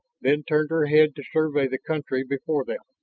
then turned her head to survey the country before them.